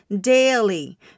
daily